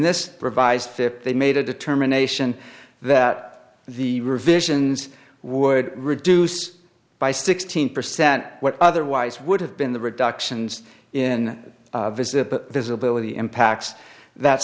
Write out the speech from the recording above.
this revised they made a determination that the revisions would reduce by sixteen percent what otherwise would have been the reductions in visit visibility impacts that